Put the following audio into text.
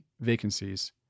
vacancies